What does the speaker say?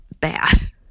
bad